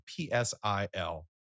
PSIL